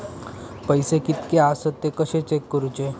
पैसे कीतके आसत ते कशे चेक करूचे?